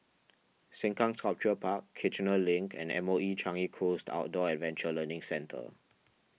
Sengkang Sculpture Park Kiichener Link and M O E Changi Coast Outdoor Adventure Learning Centre